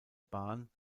ban